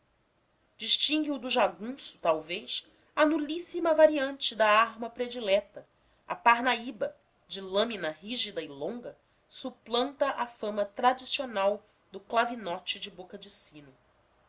nome distingue o do jagunço talvez a nulíssima variante da arma predileta a parnaíba de lâmina rígida e longa suplanta a fama tradicional do clavinote de boca de sino